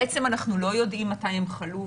בעצם אנחנו לא יודעים מתי הם חלו,